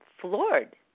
floored